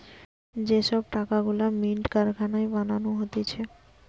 যে সব টাকা গুলা মিন্ট কারখানায় বানানো হতিছে